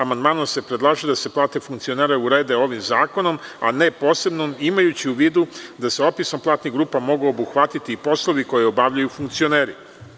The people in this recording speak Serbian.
Amandmanom se predlaže da se plate funkcionera urede ovim zakonom, a ne posebnim, imajući u vidu da se opisom platnih grupa mogu obuhvatiti i poslovi koje obavljaju funkcioneri.